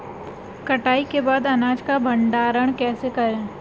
कटाई के बाद अनाज का भंडारण कैसे करें?